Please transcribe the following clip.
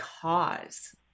cause